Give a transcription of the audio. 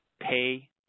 Pay